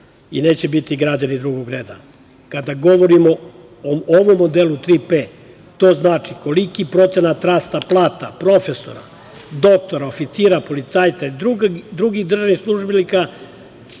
i neće biti građani drugog reda. Kada govorimo o ovom modelu „Tri P“, to znači koliki procenat rasta plata profesora, doktora, oficira, policajca i drugih državnih službenika,